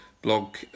blog